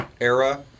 era